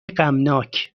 غمناک